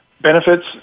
benefits